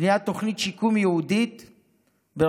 בניית תוכנית שיקום ייעודית ברווחה,